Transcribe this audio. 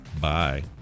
bye